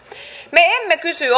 me emme kysy